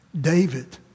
David